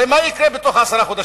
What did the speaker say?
הרי מה יקרה בתוך עשרה חודשים?